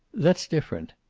that's different.